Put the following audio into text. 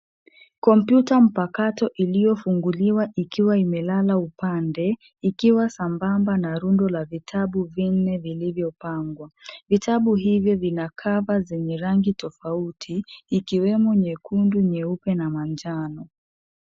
Kompyuta mpakato iliofunguliwa likiwa imelala upande, ikiwa sambamba na rundo la vitabu vinne vilivyo pangwa. Vitabu hivi vina (cs)cover(cs) zenye rangi tofauti ikiwemo nyekundu, nyeupe na majano.